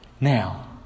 Now